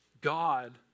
God